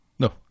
No